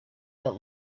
but